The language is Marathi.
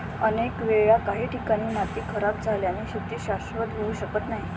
अनेक वेळा काही ठिकाणी माती खराब झाल्याने शेती शाश्वत होऊ शकत नाही